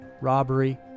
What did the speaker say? robbery